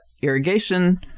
irrigation